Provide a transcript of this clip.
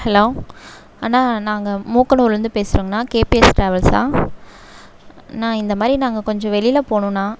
hello அண்ணா நாங்கள் மூக்கனூரிலருந்து பேசுகிறோங்கண்ணா கேபிஎஸ் ட்ராவல்ஸா அண்ணா இந்த மாதிரி நாங்கள் கொஞ்சம் வெளியில் போகணும்ண்ணா